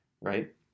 right